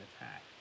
attack